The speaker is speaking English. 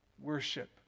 worship